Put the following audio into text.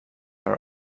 are